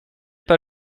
pas